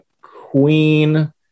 Queen